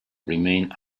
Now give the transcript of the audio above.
remained